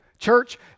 Church